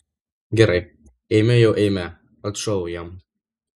gerai eime jau eime atšoviau jam